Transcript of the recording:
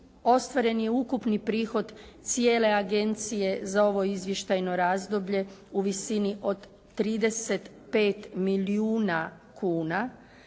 ostvaren je ukupni prihod cijele agencije za ovo izvještajno razdoblje u visini od 35 milijuna kuna.